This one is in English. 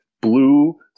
blue